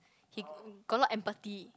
he got a lot empathy